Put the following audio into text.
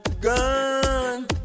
gun